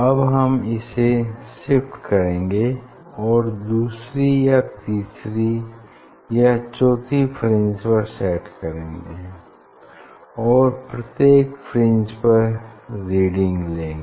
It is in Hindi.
अब हम इसे शिफ्ट करेंगे और दूसरी या तीसरी या चौथी फ्रिंज पर सेट करेंगे और प्रत्येक फ्रिंज पर रीडिंग लेंगे